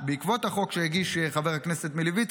בעקבות החוק שהגיש חבר הכנסת מלביצקי